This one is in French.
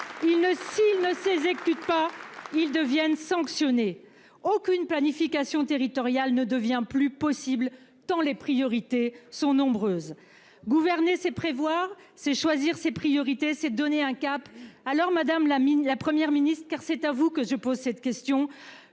S'ils ne les exécutent pas toutes, ils sont sanctionnés ! Aucune planification territoriale n'est désormais possible tant les priorités sont nombreuses ! Gouverner, c'est prévoir, c'est choisir ses priorités, c'est donner un cap ; alors, madame la Première ministre- car c'est à vous que je pose cette question